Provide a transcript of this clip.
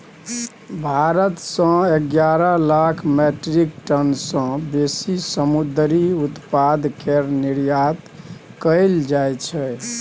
भारत सँ एगारह lakh metric ton सँ बेसी समुंदरी उत्पाद केर निर्यात कएल जाइ छै